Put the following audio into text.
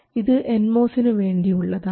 ഇത് എൻ മോസിനു വേണ്ടിയുള്ളതാണ്